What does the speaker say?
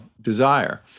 desire